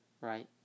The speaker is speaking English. right